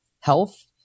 health